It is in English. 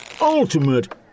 ultimate